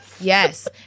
Yes